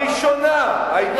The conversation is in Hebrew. הראשונה, היתה